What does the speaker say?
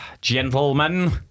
gentlemen